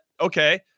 okay